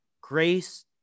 grace